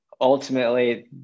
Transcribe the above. ultimately